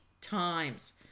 times